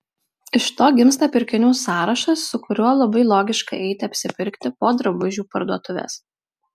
iš to gimsta pirkinių sąrašas su kuriuo labai logiška eiti apsipirkti po drabužių parduotuves